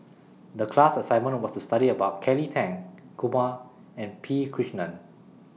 The class assignment was to study about Kelly Tang Kumar and P Krishnan